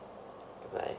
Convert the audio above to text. bye bye